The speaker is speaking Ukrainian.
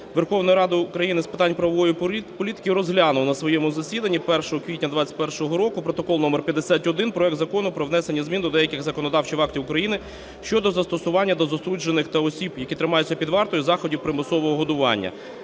Верховної Ради України з питань правової політики розглянув на своєму засіданні 1 квітня 2021 року (Протокол № 51) проект Закону про внесення змін до деяких законодавчих актів України щодо застосування до засуджених та осіб, які тримаються під вартою, заходів примусового годування